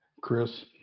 Chris